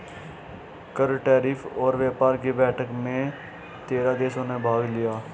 कर, टैरिफ और व्यापार कि बैठक में तेरह देशों ने भाग लिया